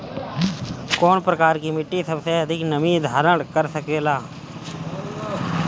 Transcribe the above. कौन प्रकार की मिट्टी सबसे अधिक नमी धारण कर सकेला?